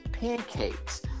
pancakes